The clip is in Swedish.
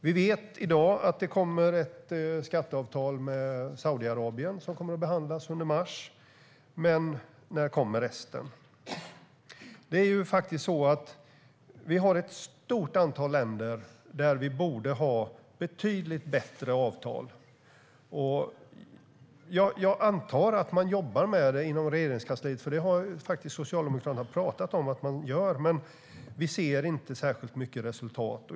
Vi vet i dag att det kommer ett skatteavtal med Saudiarabien, som kommer att behandlas under mars. Men när kommer resten? Det finns ett stort antal länder som vi borde ha betydligt bättre avtal med. Jag antar att man jobbar med detta inom Regeringskansliet. Det har faktiskt Socialdemokraterna sagt att man gör, men vi ser inte särskilt mycket resultat.